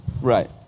Right